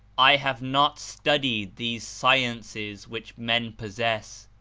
i have not studied these sciences which men possess,